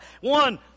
One